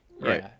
Right